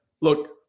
look